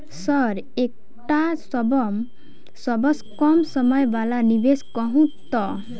Sir एकटा सबसँ कम समय वला निवेश कहु तऽ?